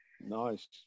Nice